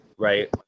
right